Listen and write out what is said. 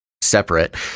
separate